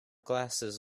glasses